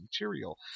material